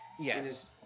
Yes